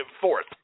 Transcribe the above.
fourth